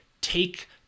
take